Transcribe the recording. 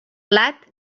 plat